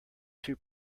two